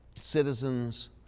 citizens